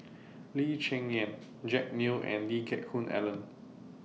Lee Cheng Yan Jack Neo and Lee Geck Hoon Ellen